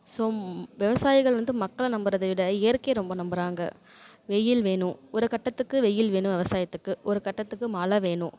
so விவசாயிகள் வந்து மக்களை நம்புறதை விட இயற்கையை ரொம்ப நம்புகிறாங்க வெயில் வேணும் ஒரு கட்டத்துக்கு வெயில் வேணும் விவசாயத்துக்கு ஒரு கட்டத்துக்கு மழை வேணும்